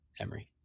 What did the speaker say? Emery